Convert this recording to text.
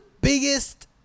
biggest